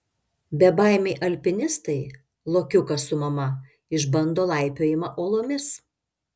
bebaimiai alpinistai lokiukas su mama išbando laipiojimą uolomis